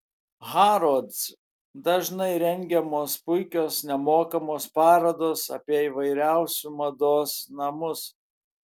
harrods dažnai rengiamos puikios nemokamos parodos apie įvairiausiu mados namus